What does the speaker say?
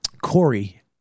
Corey